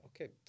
okay